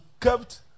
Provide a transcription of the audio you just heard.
kept